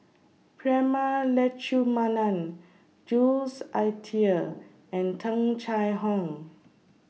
Prema Letchumanan Jules Itier and Tung Chye Hong